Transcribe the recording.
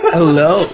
Hello